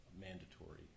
mandatory